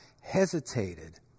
hesitated